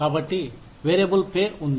కాబట్టి variable pay ఉంది